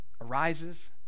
arises